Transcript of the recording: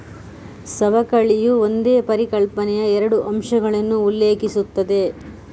ಸವಕಳಿಯು ಒಂದೇ ಪರಿಕಲ್ಪನೆಯ ಎರಡು ಅಂಶಗಳನ್ನು ಉಲ್ಲೇಖಿಸುತ್ತದೆ